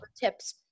tips